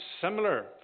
similar